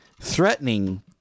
threatening